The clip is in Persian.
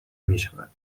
میشود